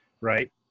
right